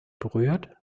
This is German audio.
berührt